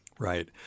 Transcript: Right